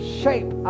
shape